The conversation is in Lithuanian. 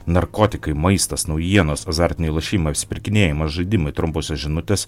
narkotikai maistas naujienos azartiniai lošimai apsipirkinėjimas žaidimai trumposios žinutės